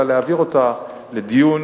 אלא להעביר אותה לדיון,